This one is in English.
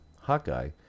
Hawkeye